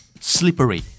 Slippery